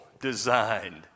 designed